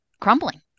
crumbling